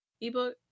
ebook